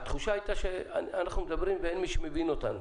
התחושה הייתה שאנחנו מדברים ואין מי שמבין אותנו.